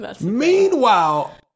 Meanwhile